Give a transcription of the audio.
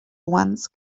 once